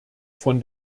von